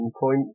point